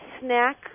snack